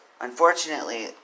Unfortunately